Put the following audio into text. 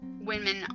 women